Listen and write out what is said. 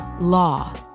law